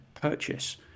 purchase